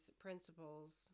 principles